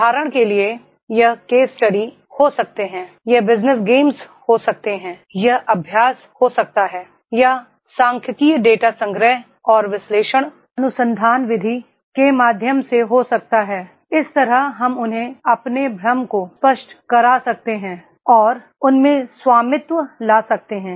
उदाहरण के लिए यह केस स्टडीज हो सकते हैं यह बिजनेस गेम्स हो सकते हैं यह अभ्यास हो सकता है यह सांख्यिकीय डेटा संग्रह और विश्लेषण अनुसंधान विधि के माध्यम से हो सकता है इस तरह हम उन्हें अपने भ्रम को स्पष्ट करा सकते हैं और उनमें स्वामित्व ला सकते हैं